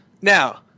Now